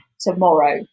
tomorrow